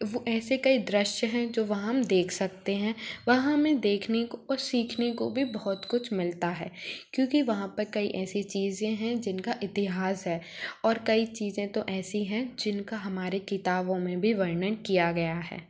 वो ऐसे कई दृश्य है जो वहाँ हम देख सकते है वहाँ हमे देखने को और सीखने को भी बहुत कुछ मिलता है क्योंकि वहाँ पर कई ऐसी चीज़ें है जिनका इतिहास है और कई चीज़ें तो ऐसी है जिनका हमारे किताबों मे भी वर्णन किया गया है